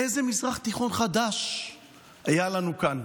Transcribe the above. איזה מזרח תיכון חדש היה לנו כאן?